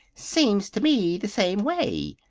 seems to me the same way,